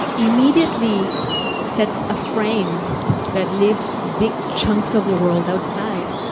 immediately sets a frame that leaves big chunks of the world outside.